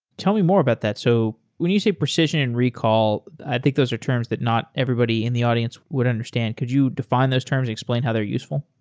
tell me more about that. so we need a precision and recall, i think those are terms that not everybody in the audience would understand. could you define those terms and explain how they're useful?